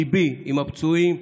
ליבי עם הפצועים.